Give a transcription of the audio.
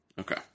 Okay